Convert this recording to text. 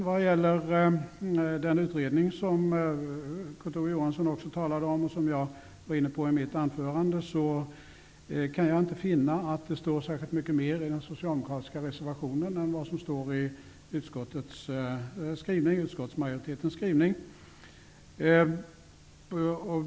Vad gäller den utredning som Kurt Ove Johansson också talade om och som jag var inne på i mitt anförande kan jag inte finna att det står särskilt mycket mer i den socialdemokratiska reservationen än vad som står i utskottsmajoritetens skrivning.